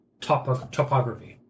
topography